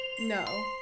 No